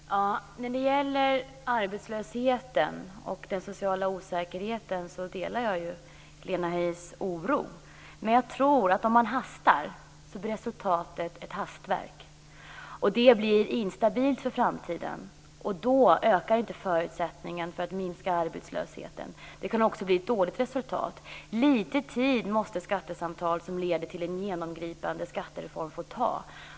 Fru talman! När det gäller arbetslösheten och den sociala osäkerheten delar jag Helena Höijs oro. Men jag tror att om man hastar blir resultatet ett hastverk och det blir instabilt för framtiden, och då ökar inte förutsättningarna för att minska arbetslösheten. Det kan också bli ett dåligt resultat. Lite tid måste skattesamtal som leder till en genomgripande skattereform få ta.